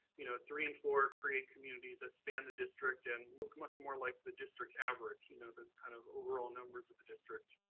you know, three and four create communities that span the district and look much more like the district's average, you know, the kind of overall numbers of the district.